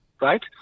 right